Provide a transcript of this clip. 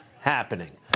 happening